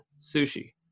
sushi